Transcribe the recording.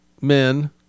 men